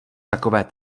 takové